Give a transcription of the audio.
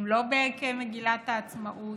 הן לא בערכי מגילת העצמאות,